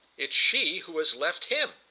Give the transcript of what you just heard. it's she who has left him.